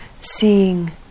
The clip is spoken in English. seeing